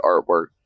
artwork